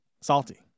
salty